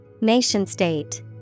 Nation-state